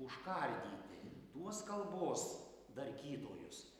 užkardyti tuos kalbos darkytojus